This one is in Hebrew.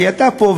כי אתה פה,